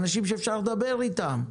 אנשים שאפשר לדבר איתם,